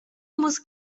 muss